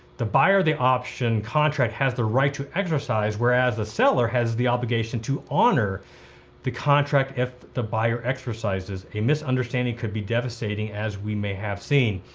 the buyer of the option contract has the right to exercise whereas the seller has the obligation to honor the contract if the buyer exercises. a misunderstanding could be devastating as we may have seen.